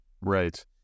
Right